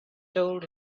told